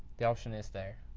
the option is there.